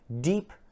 deep